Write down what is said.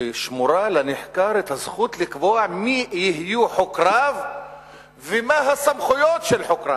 ששמורה לנחקר הזכות לקבוע מי יהיו חוקריו ומה הסמכויות של חוקריו.